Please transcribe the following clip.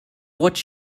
what